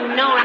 no